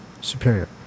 superior